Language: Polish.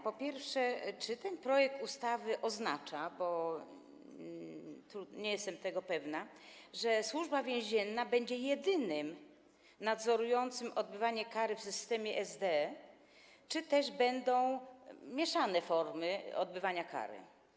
Po pierwsze, czy ten projekt ustawy oznacza, bo nie jestem tego pewna, że Służba Więzienna będzie jedynym nadzorującym odbywanie kary w SDE, czy też będą możliwe mieszane formy odbywania kary?